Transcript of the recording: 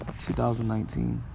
2019